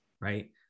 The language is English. right